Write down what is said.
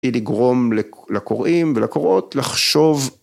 היא לגרום לקוראים ולקוראות לחשוב